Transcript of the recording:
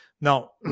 Now